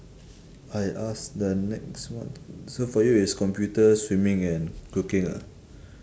I ask the next one so for you is computer swimming and cooking ah